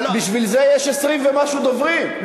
אבל בשביל זה יש 20 ומשהו דוברים.